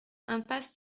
impasse